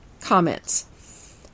comments